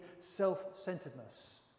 self-centeredness